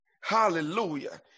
hallelujah